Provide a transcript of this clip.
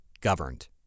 governed